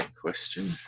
question